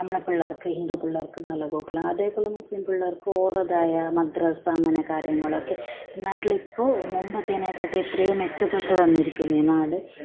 നമ്മളെ പിള്ളേർക്ക് ഹിന്ദു പിള്ളേർക്ക് ബാലഗോകുലം അതേ പോലെ മുസ്ലിം പിള്ളേർക്ക് ഓറെതായ മദ്രസ്സ അങ്ങനെ കാര്യങ്ങളൊക്കെ നാട്ടിലിപ്പോൾ മുമ്പത്തെനെക്കാട്ടി എത്രയോ മെച്ചപ്പെട്ടു വന്നിരിക്കുന്നു ഈ നാട്